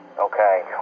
Okay